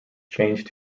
changed